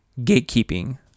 gatekeeping